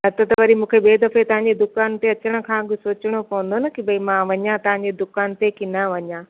न त त वरी मूंखे ॿिए दफ़े तव्हां जी दुकान ते अचण खां अॻु सोचिणो पवंदो न कि भई मां वञा तव्हां जे दुकान ते कि न वञा